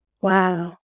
wow